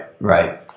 Right